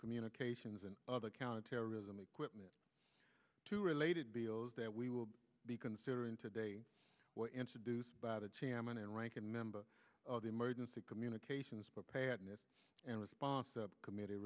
communications and other counterterrorism equipment to related bills that we will be considering today we're in to do by the chairman and ranking member of the emergency communications preparedness and response committe